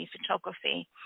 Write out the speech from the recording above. photography